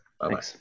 Bye-bye